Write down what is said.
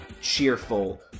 cheerful